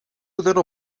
little